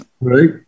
right